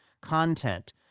content